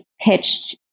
pitched